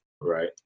right